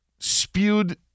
spewed